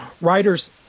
writers